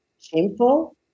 shameful